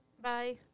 Bye